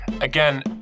Again